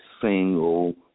single